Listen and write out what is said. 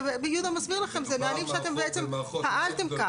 ויהודה מסביר לכם, אלה מענים שאתם בעצם פעלתם כך.